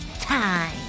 time